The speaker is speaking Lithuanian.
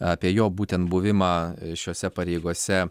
apie jo būtent buvimą šiose pareigose